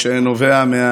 פורסם כי ביום א'